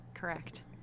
correct